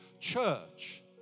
church